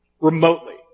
remotely